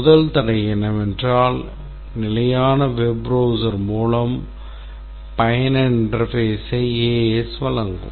முதல் தடை என்னவென்றால் நிலையான web browsers மூலம் பயனர் interfaceஐ AAS வழங்கும்